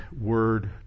word